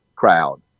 Crowd